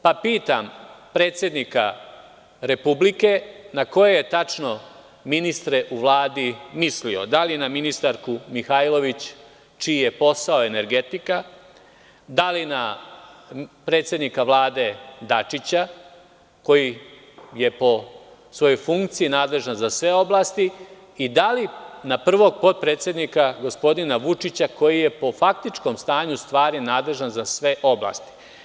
Zbog toga pitam predsednika Republike na koje je tačno ministre u Vladi mislio, da li na ministarku Mihajlović, čiji je posao energetika, da li na predsednika Vlade Dačića, koji je po svojoj funkciji nadležan za sve oblasti i da li na prvog potpredsednika gospodina Vučića, koji je po faktičkom stanju stvari nadležan za sve oblasti?